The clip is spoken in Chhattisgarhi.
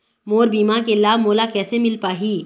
मोर बीमा के लाभ मोला कैसे मिल पाही?